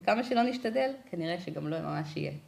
כמה שלא נשתדל, כנראה שגם לא ממש יהיה.